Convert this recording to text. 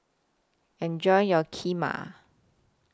Enjoy your Kheema